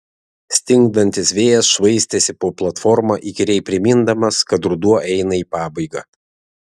stingdantis vėjas švaistėsi po platformą įkyriai primindamas kad ruduo eina į pabaigą